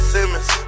Simmons